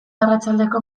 arratsaldeko